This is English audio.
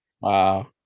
Wow